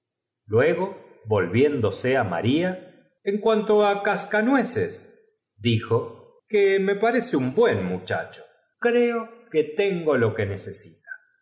luego volviéndose á maría en cuanto á cascanueces dijo que me parece un buen muchacho creo que tengo lo que necesita